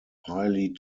highly